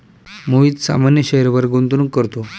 मोहित सामान्य शेअरवर गुंतवणूक करतो